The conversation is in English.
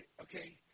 Okay